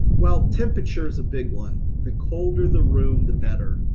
well, temperature is a big one. the colder the room the better.